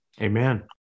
Amen